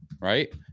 right